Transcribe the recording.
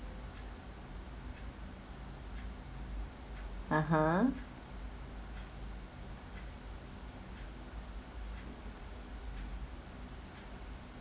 (uh huh)